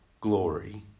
glory